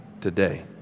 today